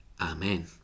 Amen